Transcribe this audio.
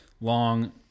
long